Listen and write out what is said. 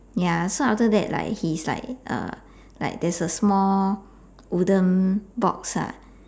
ya so after that like he's like like there's a small wooden box lah